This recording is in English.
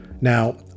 Now